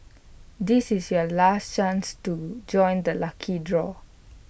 this is your last chance to join the lucky draw